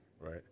right